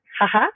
haha